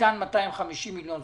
ניתן 250 מיליון.